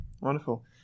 Wonderful